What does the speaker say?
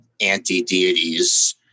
anti-deities